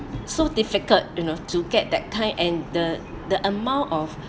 so difficult you know to get that kind and the the amount of